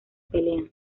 pelean